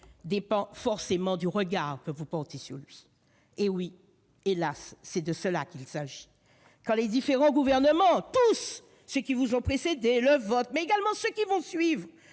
dépend du regard que vous portez sur lui. Eh oui, hélas, c'est de cela qu'il s'agit ! Quand les différents gouvernements, tous, ceux qui vous ont précédé, le vôtre, mais également ceux qui suivront,